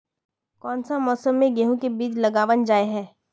कोन सा मौसम में गेंहू के बीज लगावल जाय है